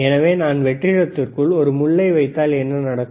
எனவே நான் வெற்றிடத்திற்குள் ஒரு முள்ளை வைத்தால் என்ன நடக்கும்